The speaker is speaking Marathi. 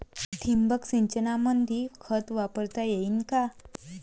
ठिबक सिंचन पद्धतीमंदी खत वापरता येईन का?